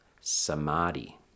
Samadhi